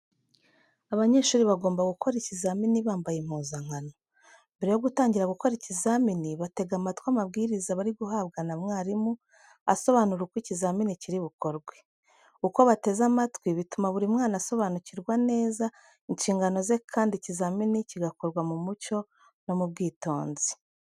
Abanyeshuri bagomba gukora ikizamini bambaye impuzankano. Mbere yo gutangira gukora ikizamini, batega amatwi amabwiriza bari guhabwa na mwarimu, asobanura uko ikizamini kiri bukorwe. Uko bateze amatwi, bituma buri mwana asobanukirwa neza inshingano ze kandi ikizamini kigakorwa mu mucyo no mu bwitonzi.